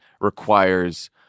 requires